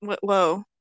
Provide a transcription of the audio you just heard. Whoa